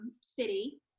city